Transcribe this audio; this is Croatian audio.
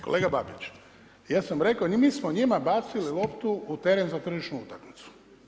Kolega Babić, ja sam rekao, mi smo njima bacili loptu u teren za tržišnu utakmicu.